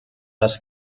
das